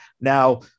Now